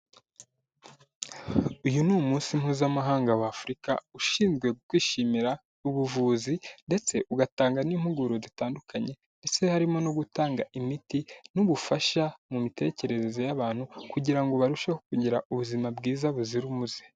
Uyu ni umunsi mpuzamahanga w'Afurika ushinzwe kwishimira ubuvuzi ndetse ugatanga n'impuguro zitandukanye, ndetse harimo no gutanga imiti n'ubufasha mu mitekerereze y'abantu kugira ngo barusheho kugira ubuzima bwiza buzira umuze.